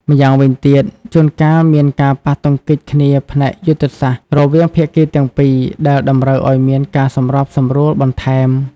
ម្យ៉ាងវិញទៀត ជួនកាលមានការប៉ះទង្គិចគ្នាផ្នែកយុទ្ធសាស្ត្ររវាងភាគីទាំងពីរ ដែលតម្រូវឲ្យមានការសម្របសម្រួលបន្ថែម។